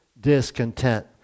discontent